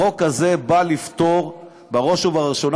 החוק הזה נועד לפתור בראש ובראשונה